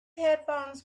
headphones